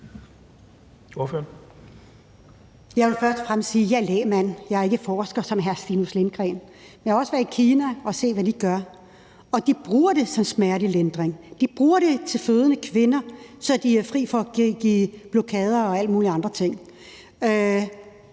Jeg vil først og fremmest sige, at jeg er lægmand; jeg er ikke forsker som hr. Stinus Lindgreen. Jeg har også været i Kina og set, hvad de gør, og de bruger det som smertelindring. De bruger det til fødende kvinder, så de er fri for at give blokader og alle mulige andre